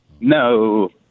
No